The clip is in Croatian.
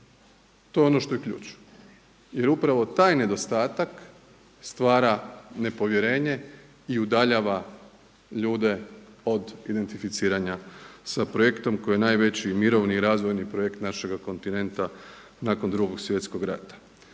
To je ono što je ključ. Jer upravo taj nedostatak stvara nepovjerenje i udaljava ljude od identificiranja sa projektom koji je najveći mirovni i razvojni projekt našega kontinenta nakon Drugog svjetskog rata.